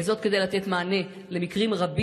זאת כדי לתת מענה למקרים רבים,